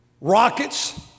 rockets